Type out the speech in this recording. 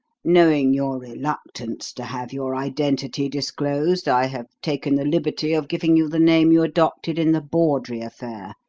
knowing your reluctance to have your identity disclosed, i have taken the liberty of giving you the name you adopted in the bawdrey affair,